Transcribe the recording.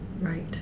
Right